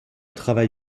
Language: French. travail